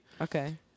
Okay